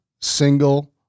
single